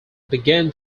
began